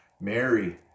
Mary